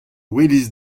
welis